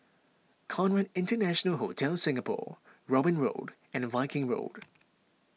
Conrad International Hotel Singapore Robin Road and the Viking Road